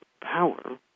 power